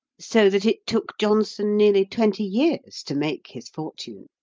so that it took johnson nearly twenty years to make his fortune.